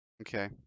Okay